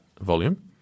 volume